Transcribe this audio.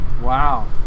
Wow